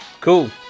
Cool